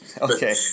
Okay